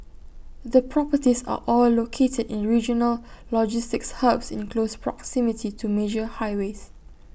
the properties are all located in regional logistics hubs in close proximity to major highways